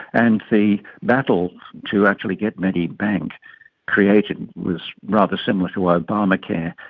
and the battle to actually get medibank created was rather similar to ah obamacare.